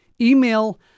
email